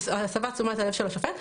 על הסבת תשומת הלב של השופט,